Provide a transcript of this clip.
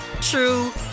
true